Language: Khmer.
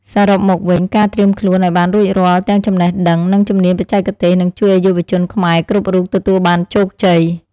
សរុបមកវិញ ការត្រៀមខ្លួនឱ្យបានរួចរាល់ទាំងចំណេះដឹង និងជំនាញបច្ចេកទេសនឹងជួយឱ្យយុវជនខ្មែរគ្រប់រូបទទួលបានជោគជ័យ។